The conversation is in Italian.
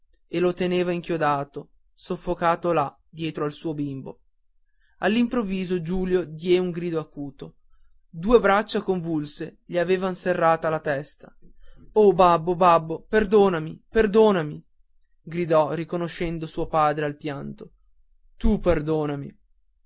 e lo teneva inchiodato soffocato là dietro al suo bimbo all'improvviso giulio diè un grido acuto due braccia convulse gli avevan serrata la testa o babbo babbo perdonami perdonami gridò riconoscendo suo padre al pianto tu perdonami